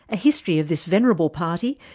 a history of this venerable party,